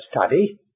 study